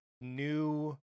new